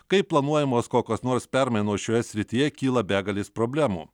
kai planuojamos kokios nors permainos šioje srityje kyla begalės problemų